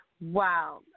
Wow